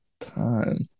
time